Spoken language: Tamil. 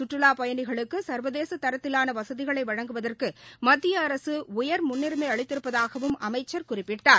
கற்றுலாப் பயணிகளுக்கு சா்வதேச தரத்திலான வசதிகளை வழங்குவதற்கு மத்திய அரசு உயா் முன்னுரிமை அளித்திருப்பதாகவும் அமைச்சர் குறிப்பிட்டார்